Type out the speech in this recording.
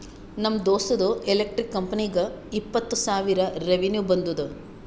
ನಮ್ ದೋಸ್ತ್ದು ಎಲೆಕ್ಟ್ರಿಕ್ ಕಂಪನಿಗ ಇಪ್ಪತ್ತ್ ಸಾವಿರ ರೆವೆನ್ಯೂ ಬಂದುದ